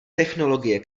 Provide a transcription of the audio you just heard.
technologie